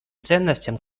ценностям